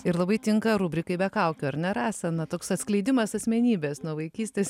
ir labai tinka rubrikai be kaukių ar ne rasa na toks atskleidimas asmenybės nuo vaikystės